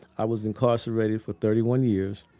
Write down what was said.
i was incarcerated for thirty-one years.